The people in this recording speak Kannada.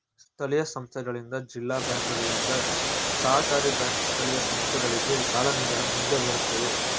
ಸ್ಥಳೀಯ ಸಂಸ್ಥೆಗಳಿಗೆ ಜಿಲ್ಲಾ ಬ್ಯಾಂಕುಗಳಿಂದ, ಸಹಕಾರಿ ಬ್ಯಾಂಕ್ ಸ್ಥಳೀಯ ಸಂಸ್ಥೆಗಳಿಗೆ ಸಾಲ ನೀಡಲು ಮುಂದೆ ಬರುತ್ತವೆ